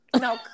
no